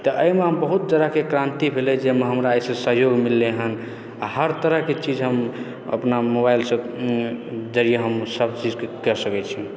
तऽ एहिमे बहुत तरहके क्रान्ति भेलैए जाहिमे हमरा सहयोग मिललै हँ आओर हर तरहके चीज हम अपना मोबाइलसँ जरिये हम सबचीज कऽ सकैत छी